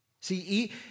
See